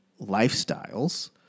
lifestyles